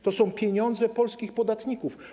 To są pieniądze polskich podatników.